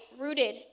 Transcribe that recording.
rooted